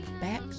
back